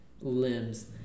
limbs